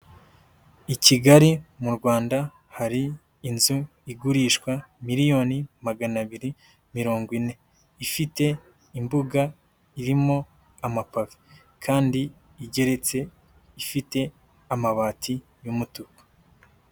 I Kigali mu Rwanda, hari inzu igurishwa miliyoni magana abiri mirongo ine, ifite imbuga irimo amapave kandi igeretse ifite amabati y'umutuku.